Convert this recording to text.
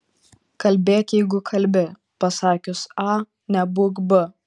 kalbėk jeigu kalbi pasakius a nebūk b